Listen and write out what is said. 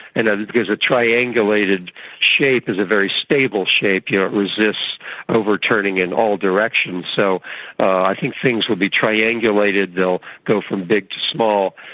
and because a triangulated shape is a very stable shape, yeah it resists overturning in all directions. so i think things will be triangulated, they will go from a big to small,